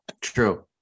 True